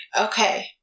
Okay